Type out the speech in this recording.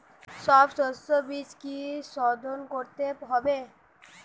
সব শষ্যবীজ কি সোধন করতে হবে?